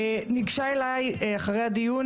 ניגשה אליי אחרי הדיון,